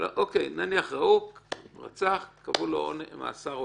הוא רצח, קבעו לו מאסר עולם.